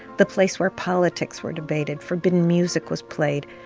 the place where politics were debated, forbidden music was played,